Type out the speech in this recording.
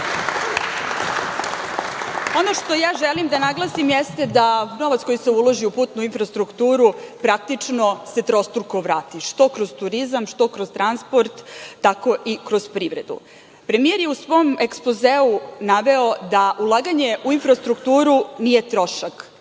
što ja žalim da naglasim jeste da novac koji se uloži u putnu infrastrukturu praktično se trostruko vrati, što kroz turizam, što kroz transport, tako i kroz privredu. Premijer je u svom ekspozeu naveo da ulaganje u infrastrukturu nije trošak,